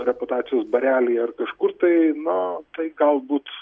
reputacijos barelyje ar kažkur tai nu tai galbūt